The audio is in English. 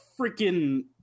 freaking